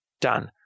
Done